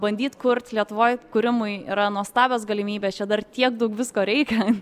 bandyt kurt lietuvoj kūrimui yra nuostabios galimybės čia dar tiek daug visko reikia